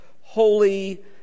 holy